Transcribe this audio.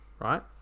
right